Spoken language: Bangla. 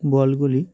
বলগুলি